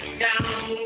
down